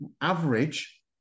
average